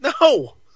No